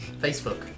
Facebook